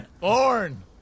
born